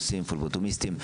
פבלוטומיסטים,